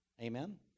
Amen